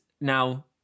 now